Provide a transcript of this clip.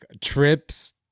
Trips